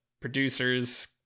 producers